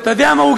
אתה יודע מה?